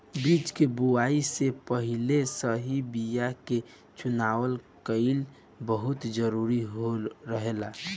बीज के बोआई से पहिले सही बीया के चुनाव कईल बहुत जरूरी रहेला